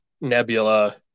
nebula